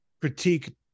critique